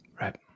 right